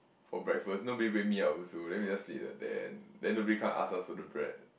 for breakfast nobody wake me up also then we just sleep in the tent then nobody come ask us for the bread